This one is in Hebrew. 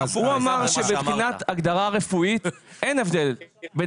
הוא אמר שמבחינת הגדרה רפואית אין הבדל בין